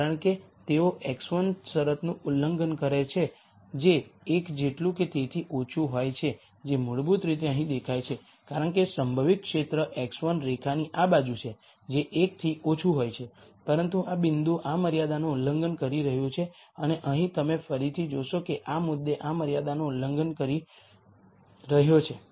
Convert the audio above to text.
કારણ કે તેઓ x1 શરતનું ઉલ્લંઘન કરે છે જે 1જેટલું કે તેથી ઓછું હોય છે જે મૂળભૂત રીતે અહીં દેખાય છે કારણ કે સંભવિત ક્ષેત્ર x1 રેખાની આ બાજુ છે જે 1 તેથી ઓછું હોય છે પરંતુ આ બિંદુ આ મર્યાદાનું ઉલ્લંઘન કરી રહ્યું છે અને અહીં તમે ફરીથી જોશો કે આ બિંદુ આ મર્યાદાનું ઉલ્લંઘન કરી રહ્યો છે